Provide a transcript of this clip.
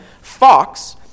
Fox